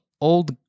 Old